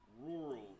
rural